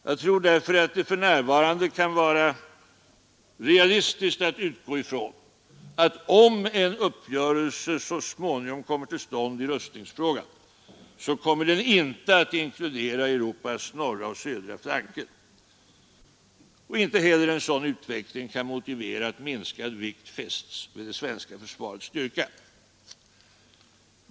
Jag tror därför att det för närvarande kan vara realistiskt att utgå ifrån att om uppgörelse så småningom kommer till stånd i rustningsfrågan, så kommer den inte att inkludera Europas norra och södra flanker. Inte heller en sådan utveckling kan motivera att minskad vikt fästs vid det svenska försvarets styrka.